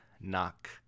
knock